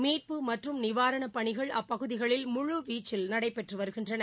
மீட்பு மற்றும் நிவாரண பணிகள் அப்பகுதிகளில் முழுவீச்சில் நடைபெற்று வருகின்றன